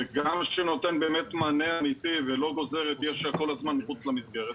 וגם שנותן באמת מענה אמיתי ולא גוזר את יש"ע כל הזמן מחוץ למסגרת,